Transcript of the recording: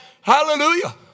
Hallelujah